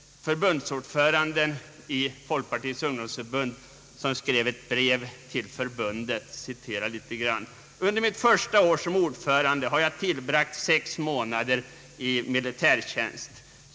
Dåvarande ordföranden i Folkpartiets ungdomsförbund skrev i ett brev till förbundet: »Under mitt första år som ordförande har jag tillbragt sex månader i militärtjänst.